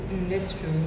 mm that's true